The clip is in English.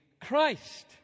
Christ